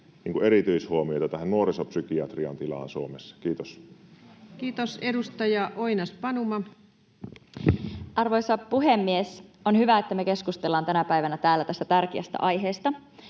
erityishuomiota, tähän nuorisopsykiatrian tilaan Suomessa. — Kiitos. Kiitos. — Edustaja Oinas-Panuma. Arvoisa puhemies! On hyvä, että me keskustellaan tänä päivänä täällä tästä tärkeästä aiheesta.